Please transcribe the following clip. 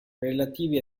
relativi